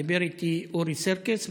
דיבר איתי אורי סירקיס,